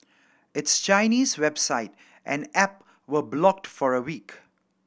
its Chinese website and app were blocked for a week